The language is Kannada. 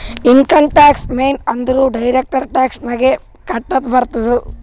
ಇನ್ಕಮ್ ಟ್ಯಾಕ್ಸ್ ಮೇನ್ ಅಂದುರ್ ಡೈರೆಕ್ಟ್ ಟ್ಯಾಕ್ಸ್ ನಾಗೆ ಕಟ್ಟದ್ ಬರ್ತುದ್